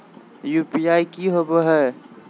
UPI की होवे है?